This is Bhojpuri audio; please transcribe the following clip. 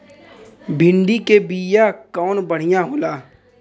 भिंडी के बिया कवन बढ़ियां होला?